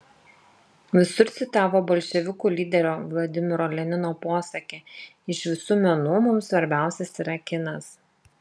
visur citavo bolševikų lyderio vladimiro lenino posakį iš visų menų mums svarbiausias yra kinas